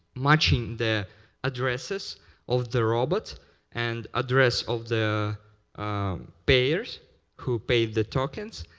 matches the addresses of the robots and address of the payors who pay the tokens,